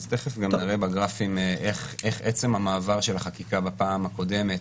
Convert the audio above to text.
אז תכף גם נראה בגרפים איך עצם המעבר של החקיקה בפעם הקודמת,